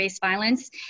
violence